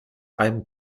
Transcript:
einem